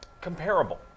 comparable